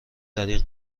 دریغ